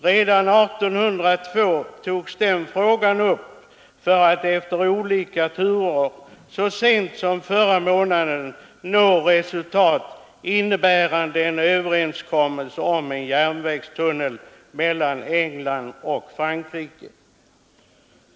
Redan år 1802 togs den frågan upp för att, efter olika turer, så sent som förra månaden ge till resultat en överenskommelse om en järnvägstunnel mellan England och Frankrike.